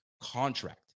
contract